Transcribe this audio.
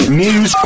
news